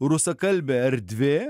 rusakalbė erdvė